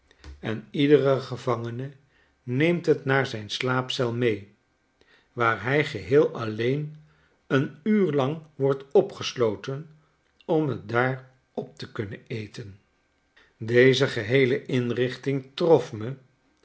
en iedere gevangene neemt het naar zijn slaapcel mee waar hij geheei alleen een uur lang wordt opgesloten om t daar op te kunnen eten deze geheele inrichting trofme